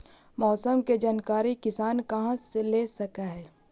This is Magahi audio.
मौसम के जानकारी किसान कहा से ले सकै है?